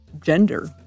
gender